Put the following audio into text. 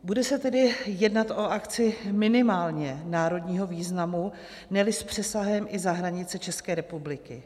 Bude se tedy jednat o akci minimálně národního významu, neli s přesahem i za hranice České republiky.